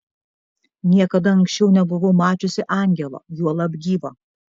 niekada anksčiau nebuvau mačiusi angelo juolab gyvo